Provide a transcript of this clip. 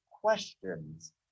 questions